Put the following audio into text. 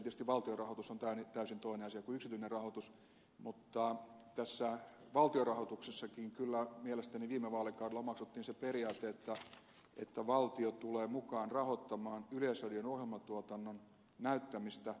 tietysti valtion rahoitus on täysin toinen asia kuin yksityinen rahoitus mutta tässä valtion rahoituksessakin kyllä mielestäni viime vaalikaudella omaksuttiin se periaate että valtio tulee mukaan rahoittamaan yleisradion ohjelmatuotannon näyttämistä ulkosuomalaisille